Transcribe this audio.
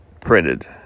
printed